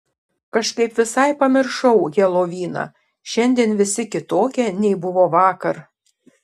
kažkaip visai pamiršau heloviną šiandien visi kitokie nei buvo vakar